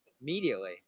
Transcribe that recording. Immediately